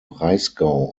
breisgau